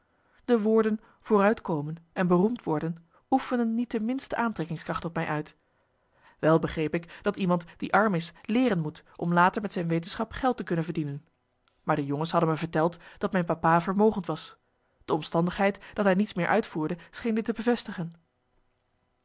de woorden vooruitkomen en beroemd worden oefenden niet de minste aantrekkingskracht op mij uit wel begreep ik dat iemand die arm is leeren moet om later met zijn wetenschap geld te kunnen verdienen maar de jongens hadden me verteld dat mijn papa vermogend was de omstandigheid dat hij niets meer uitvoerde scheen dit te bevestigen